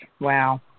Wow